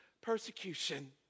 persecution